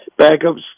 backups